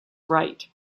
right